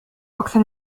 أكثر